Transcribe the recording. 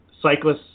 cyclists